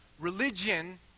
Religion